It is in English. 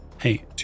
Hey